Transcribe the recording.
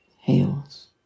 heals